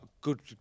good